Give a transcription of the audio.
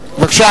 בבקשה,